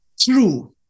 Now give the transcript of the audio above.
true